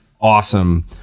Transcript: awesome